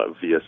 via